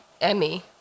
Emmy